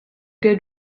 good